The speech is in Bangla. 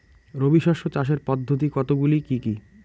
রবি শস্য চাষের পদ্ধতি কতগুলি কি কি?